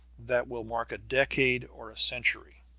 that will mark a decade or a century,